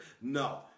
No